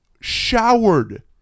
showered